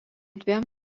dviem